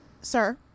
Sir